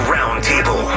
Roundtable